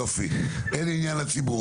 יופי, אין עניין לציבור.